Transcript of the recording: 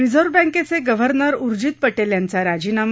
reserve बँकेचे governor Urjit Patel यांचा राजीनामा